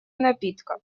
напитка